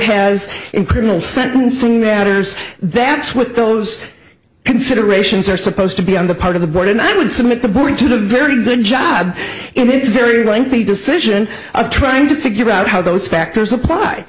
has in criminal sentencing matters that's what those considerations are supposed to be on the part of the board and i would submit the board to the very good job in its very lengthy decision of trying to figure out how those factors apply